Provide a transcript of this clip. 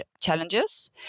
challenges